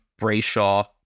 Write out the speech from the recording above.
Brayshaw